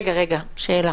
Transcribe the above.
שאלה.